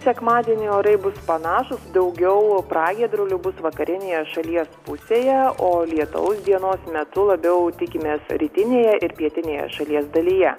sekmadienį orai bus panašūs daugiau pragiedrulių bus vakarinėje šalies pusėje o lietaus dienos metu labiau tikimės rytinėje ir pietinėje šalies dalyje